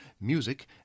Music